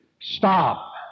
stop